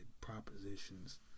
propositions